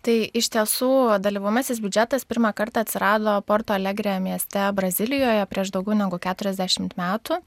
tai iš tiesų dalyvaujamasis biudžetas pirmą kartą atsirado porto alegre mieste brazilijoje prieš daugiau negu keturiasdešimt metų